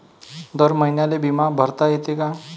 दर महिन्याले बिमा भरता येते का?